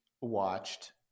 watched